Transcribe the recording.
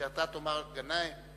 שאתה תאמר "גנאים"?